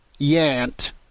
Yant